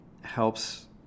helps